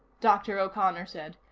dr. o'connor said.